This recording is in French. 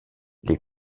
les